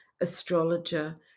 astrologer